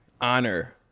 honor